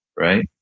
right?